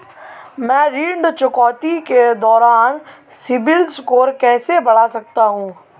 मैं ऋण चुकौती के दौरान सिबिल स्कोर कैसे बढ़ा सकता हूं?